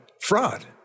fraud